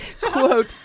quote